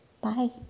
Bye